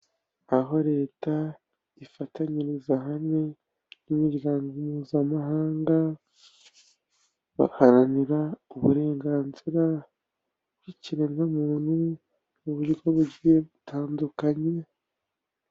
Aho Leta ifatanyiriza hamwe n'imiryango Mpuzamahanga, baharanira uburenganzira bw'ikiremwamuntu, mu buryo buryo buryo butandukanye.